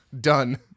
Done